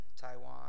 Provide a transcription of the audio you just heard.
Taiwan